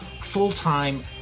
full-time